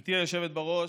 גברתי היושבת-ראש,